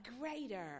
greater